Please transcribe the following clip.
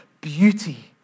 beauty